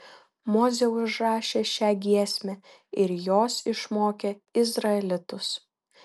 mozė užrašė šią giesmę ir jos išmokė izraelitus